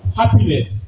happiness